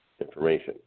information